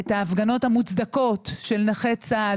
את ההפגנות המוצדקות של נכי צה"ל,